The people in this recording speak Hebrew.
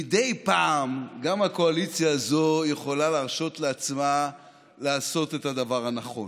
מדי פעם גם הקואליציה הזאת יכולה להרשות לעצמה לעשות את הדבר הנכון.